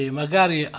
magari